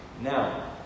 Now